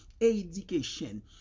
education